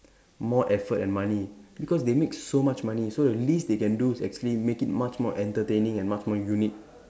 more effort and money because they make so much money so the least they can do is actually make it much more entertaining and much more unique